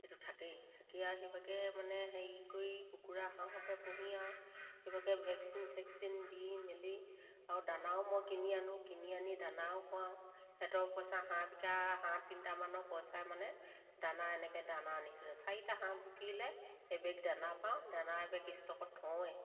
সেইটো থাকেই থাকি আৰু সেইবাকে মানে হেৰি কৰি কুকুৰা হাঁহকে পুহি আৰু সেইবাকে ভেকচিন চেকচিন দি মেলি আৰু দানাও মই কিনি আনো কিনি আনি দানাও খুৱাওঁ সিহঁতৰ পইচা হাঁহ বিকা হাঁহ তিনিটামানৰ পইচাই মানে দানা এনেকে দানা আনি চাৰিটা হাঁহ বিকিলে এবেগ দানা পাওঁ দানা এবেগ ষ্টকত থওঁৱেই